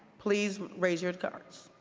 please raise your cards.